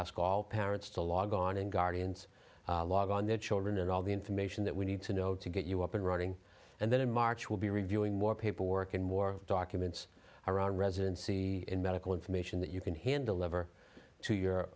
ask all parents to log on and guardians log on their children and all the information that we need to know to get you up and running and then in march will be reviewing more paperwork and more documents around residency and medical information that you can handle over to your